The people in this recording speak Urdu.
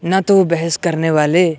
نہ تو وہ بحث کرنے والے